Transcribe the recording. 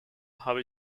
habe